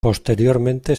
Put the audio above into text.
posteriormente